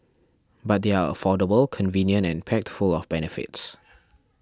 but they are affordable convenient and packed full of benefits